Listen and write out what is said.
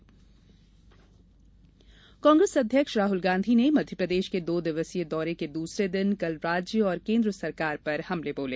राहुल गांधी कांग्रेस अध्यक्ष राहुल गांधी ने मध्यप्रदेश के दो दिवसीय दौरे के दूसरे दिन कल राज्य और केन्द्र सरकार पर हमले बोले